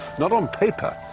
not on paper,